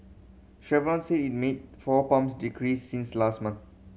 Chevron said it made four pump decreases since last month